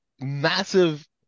Massive